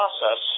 process –